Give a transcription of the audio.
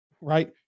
right